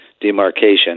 demarcation